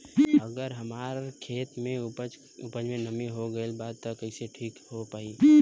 अगर हमार खेत में उपज में नमी न हो गइल बा त कइसे ठीक हो पाई?